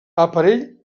aparell